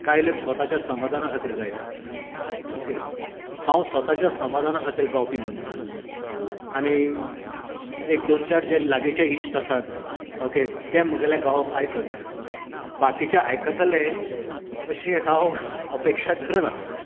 कांय लोक स्वताच्या समाधाना खातीर गायतात ओके हांव स्वताच्या समाधाना खातीर गावपी मनीस आनी एक दोन चार जे लागींचे इश्ट आसात ओके ते म्हगेलें गावप आयकत बाकीचे आयकतले अशी हांव अपेक्षा धरना